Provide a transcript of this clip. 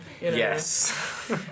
yes